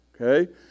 Okay